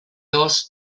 dos